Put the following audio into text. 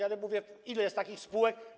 Ale mówię, ile jest takich spółek?